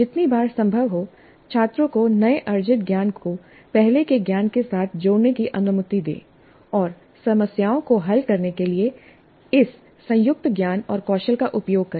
जितनी बार संभव हो छात्रों को नए अर्जित ज्ञान को पहले के ज्ञान के साथ जोड़ने की अनुमति दें और समस्याओं को हल करने के लिए इस संयुक्त ज्ञान और कौशल का उपयोग करें